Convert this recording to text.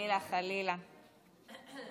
מילא היית